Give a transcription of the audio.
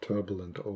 Turbulent